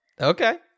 Okay